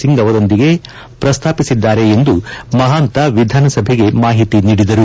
ಸಿಂಗ್ ಅವರೊಂದಿಗೆ ಪ್ರಸ್ತಾಪಿಸಿದ್ದಾರೆ ಎಂದು ಮಹಾಂತ ವಿಧಾನಸಭೆಗೆ ಮಾಹಿತಿ ನೀಡಿದರು